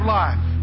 life